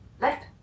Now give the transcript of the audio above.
left